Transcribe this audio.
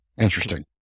interesting